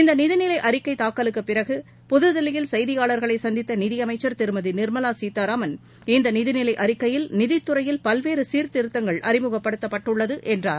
இந்த நிதிநிலை அறிக்கை தாக்கலுக்குப்பிறகு புதுதில்லியில் செய்தியாளர்களை சந்தித்த நிதியமைச்சர் திருமதி நிர்மலா கீதாராமன் இந்த நிதிநிலை அறிக்கையில் நிதித்துறையில் பல்வேறு சீர்திருத்தங்கள் அறிமுகப்படுத்தப்பட்டுள்ளது என்றார்